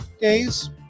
days